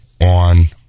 on